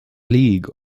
league